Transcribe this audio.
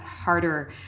harder